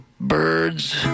birds